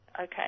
okay